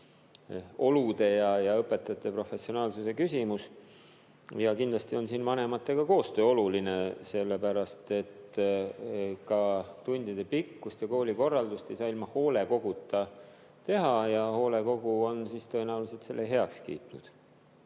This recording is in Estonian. olude ja õpetajate professionaalsuse küsimus. Kindlasti on oluline teha [sel teemal] koostööd vanematega, sellepärast et tundide pikkust ja koolikorraldust ei saa ilma hoolekoguta teha ja hoolekogu on siis tõenäoliselt selle heaks kiitnud.